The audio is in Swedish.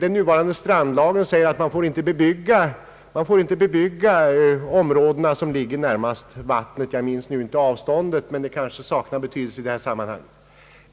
Enligt strandlagen får inte de områden som ligger närmast vattnet bebyggas — jag minns inte avståndet, men det saknar betydelse i detta sammanhang.